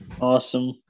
Awesome